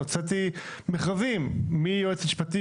הוצאתי מכרזים מיועץ משפטי,